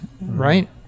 right